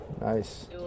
Nice